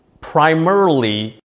primarily